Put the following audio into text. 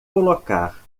colocar